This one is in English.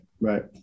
right